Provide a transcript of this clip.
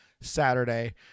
Saturday